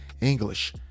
english